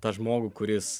tą žmogų kuris